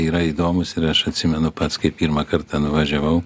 yra įdomūs ir aš atsimenu pats kaip pirmą kartą nuvažiavau